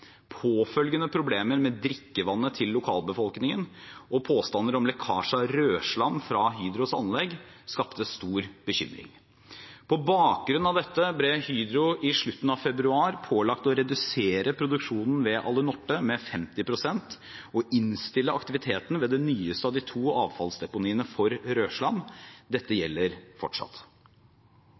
Påfølgende problemer med drikkevannet til lokalbefolkningen og påstander om lekkasje av rødslam fra Hydros anlegg skapte stor bekymring. På bakgrunn av dette ble Hydro i slutten av februar pålagt å redusere produksjonen ved Alunorte med 50 pst. og innstille aktiviteten ved det nyeste av de to avfallsdeponiene for rødslam. Dette gjelder fortsatt.